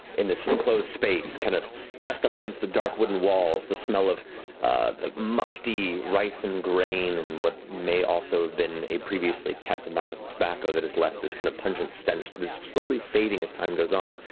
in this enclosed space, kind of pressed up against the dark wooden walls, the smell of like musty rice and grain and what may also have been a previously kept amount of tobacco that has left this kind of pungent stench that is slowly fading as time goes on.